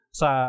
sa